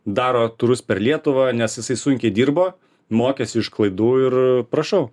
daro turus per lietuvą nes jisai sunkiai dirbo mokėsi iš klaidų ir prašau